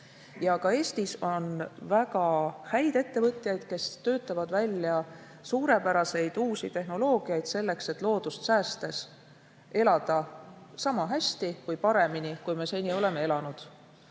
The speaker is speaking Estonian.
Ka Eestis on väga häid ettevõtjaid, kes töötavad välja suurepäraseid uusi tehnoloogiaid selleks, et loodust säästes elada sama hästi või paremini, kui me seni oleme elanud.